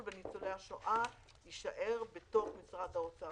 בניצולי השואה יישאר בתוך משרד האוצר.